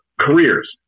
careers